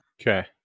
Okay